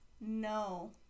No